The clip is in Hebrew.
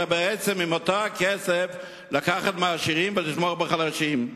אלא בעצם את אותו הכסף לקחת מהעשירים ולתמוך בחלשים.